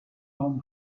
non